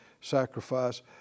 sacrifice